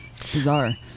Bizarre